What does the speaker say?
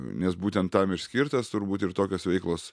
nes būtent tam ir skirtas turbūt ir tokios veiklos